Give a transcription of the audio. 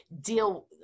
deal